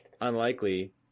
unlikely